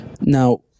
Now